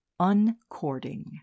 Uncording